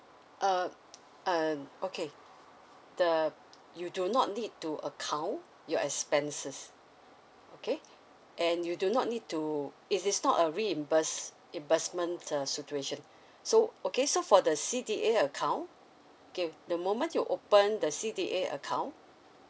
uh and okay the you do not need to account your expenses K and you do not need to it is not a reimburse imbursement uh situation so okay so for the C_D_A account okay the moment you open the C_D_A account